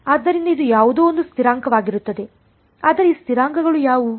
ಆದ್ದರಿಂದ ಇದು ಯಾವುದೊ ಒಂದು ಸ್ಥಿರಾಂಕವಾಗಿರುತ್ತದೆ ಆದರೆ ಆ ಸ್ಥಿರಾಂಕಗಳು ಯಾವುವು